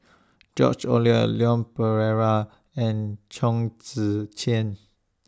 George Oehlers Leon Perera and Chong Tze Chien